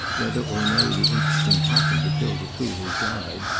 whether or no the interesting happened to filter through his guide,